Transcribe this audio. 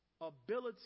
ability